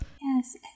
Yes